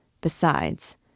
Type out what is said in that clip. Besides